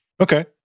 Okay